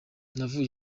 navuye